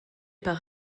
par